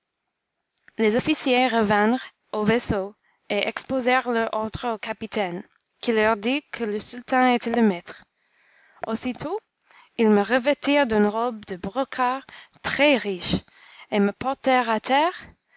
les officiers revinrent au vaisseau et exposèrent leur ordre au capitaine qui leur dit que le sultan était le maître aussitôt ils me revêtirent d'une robe de brocart très-riche et me portèrent à terre